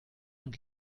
und